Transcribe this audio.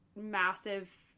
massive